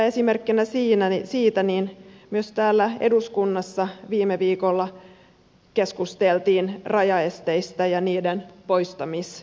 esimerkkinä siitä myös täällä eduskunnassa viime viikolla keskusteltiin rajaesteistä ja niiden poistamistavasta